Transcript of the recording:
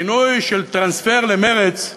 כינוי של "טרנספר" למרצ,